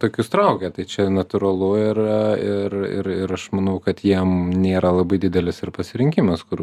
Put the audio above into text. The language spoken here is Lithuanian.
tokius traukia tai čia natūralu ir ir ir ir aš manau kad jiem nėra labai didelis ir pasirinkimas kur